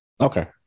Okay